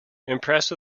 impressed